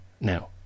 Now